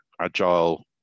agile